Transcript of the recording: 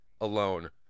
alone